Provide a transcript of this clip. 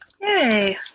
Yay